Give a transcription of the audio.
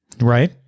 Right